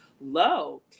low